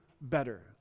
better